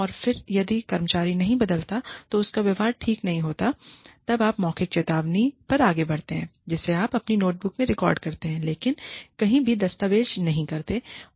और फिर यदि कर्मचारी नहीं बदलता है या उसका व्यवहार ठीक नहीं होता है तब आप मौखिक चेतावनी पर आगे बढ़ते हैं जिसे आप अपनी नोटबुक में रिकॉर्ड करते हैं लेकिन कहीं भी दस्तावेज़ नहीं बनाते हैं